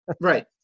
Right